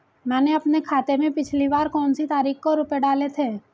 मैंने अपने खाते में पिछली बार कौनसी तारीख को रुपये डाले थे?